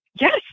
Yes